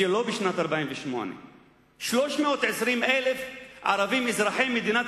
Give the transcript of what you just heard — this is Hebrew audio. זה לא בשנת 48'. 320,000 ערבים אזרחי מדינת